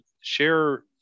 share